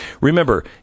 Remember